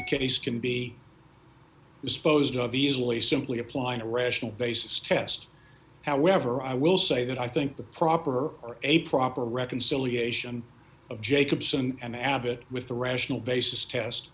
the case can be disposed of easily simply applying a rational basis test however i will say that i think the proper or a proper reconciliation of jacobson and abbott with the rational basis test